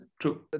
true